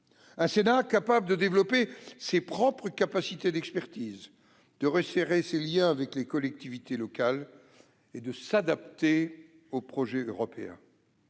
un Sénat capable de développer ses propres capacités d'expertise, de resserrer ses liens avec les collectivités locales et de s'adapter au projet européen.